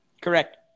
Correct